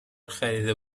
خریده